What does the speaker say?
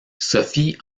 sophie